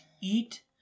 eat